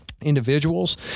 individuals